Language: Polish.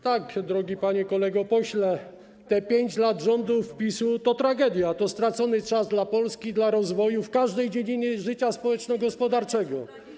Tak, drogi panie kolego pośle, te 5 lat rządów PiS-u to tragedia, to stracony czas dla Polski i dla rozwoju w każdej dziedzinie życia społeczno-gospodarczego.